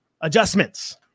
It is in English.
adjustments